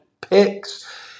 picks